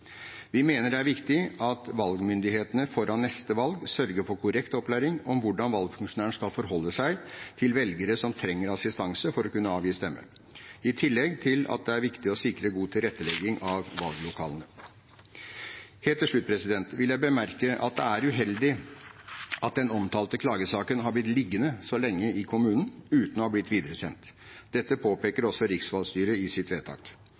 Vi mener det er viktig at valgmyndighetene foran neste valg sørger for korrekt opplæring om hvordan valgfunksjonærene skal forholde seg til velgere som trenger assistanse for å kunne avgi stemme – i tillegg til at det er viktig å sikre god tilrettelegging av valglokalene. Helt til slutt vil jeg bemerke at det er uheldig at den omtalte klagesaken har blitt liggende så lenge i kommunen uten å ha blitt videresendt. Dette påpeker også riksvalgstyret i sitt vedtak.